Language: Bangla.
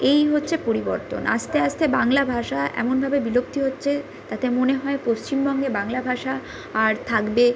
এই হচ্ছে পরিবর্তন আস্তে আস্তে বাংলা ভাষা এমনভাবে বিলুপ্ত হচ্ছে তাতে মনে হয় পশ্চিমবঙ্গে বাংলা ভাষা আর থাকবে